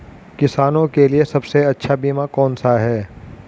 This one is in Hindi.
किसानों के लिए सबसे अच्छा बीमा कौन सा है?